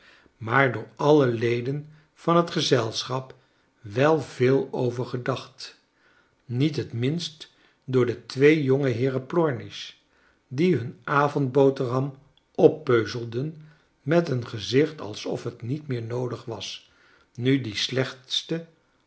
maar door alle leden van het gezelschap wel veel over gedacht niet het minst door de twee jongeheeren plornish die nun avondboterham oppeuzelden met een gezicht alsof het niet meer noodig was nu die slechtste